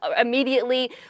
immediately